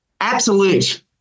absolute